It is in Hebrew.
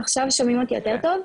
עכשיו שומעים אותי יותר טוב?